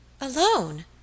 Alone